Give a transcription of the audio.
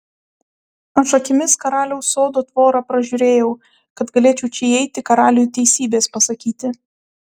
aš akimis karaliaus sodo tvorą pražiūrėjau kad galėčiau čia įeiti karaliui teisybės pasakyti